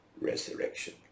resurrection